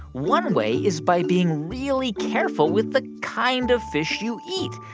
one way is by being really careful with the kind of fish you eat.